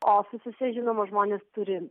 ofisuose žinoma žmonės turi